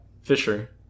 Fisher